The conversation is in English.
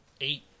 eight